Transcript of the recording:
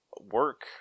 work